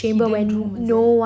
hidden room is it